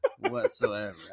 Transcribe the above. whatsoever